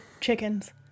chickens